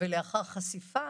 לאחר חשיפה